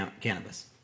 cannabis